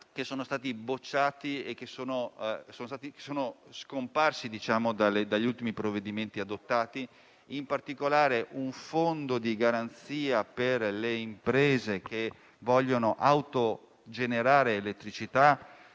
che sono stati bocciati e sono scomparsi dagli ultimi provvedimenti adottati, in particolare un fondo di garanzia per le imprese che vogliono autogenerare elettricità